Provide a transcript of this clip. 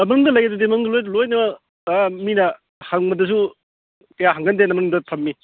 ꯃꯅꯨꯡꯗ ꯂꯩꯗꯨꯗꯤ ꯃꯅꯨꯡꯗ ꯂꯣꯏꯅ ꯃꯤꯅ ꯍꯪꯕꯗꯁꯨ ꯀꯌꯥ ꯍꯪꯒꯟꯗꯦꯅ ꯃꯅꯨꯡꯗ ꯊꯝꯃꯤ